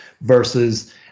versus